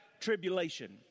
tribulation